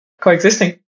coexisting